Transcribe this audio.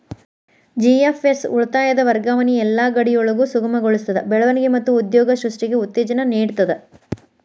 GFS ಉಳಿತಾಯದ್ ವರ್ಗಾವಣಿನ ಯೆಲ್ಲಾ ಗಡಿಯೊಳಗು ಸುಗಮಗೊಳಿಸ್ತದ, ಬೆಳವಣಿಗೆ ಮತ್ತ ಉದ್ಯೋಗ ಸೃಷ್ಟಿಗೆ ಉತ್ತೇಜನ ನೇಡ್ತದ